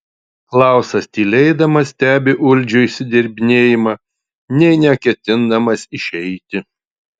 klausas tylėdamas stebi uldžio išsidirbinėjimą nė neketindamas išeiti